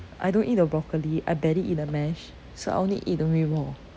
I don't eat the broccoli I barely eat the mash so I only eat the meatball